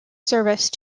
service